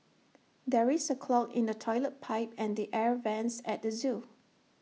there is A clog in the Toilet Pipe and the air Vents at the Zoo